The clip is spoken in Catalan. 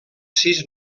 sis